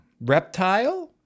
Reptile